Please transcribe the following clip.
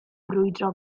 brwydro